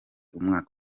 umwaka